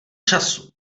času